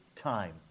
time